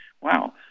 Wow